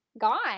gone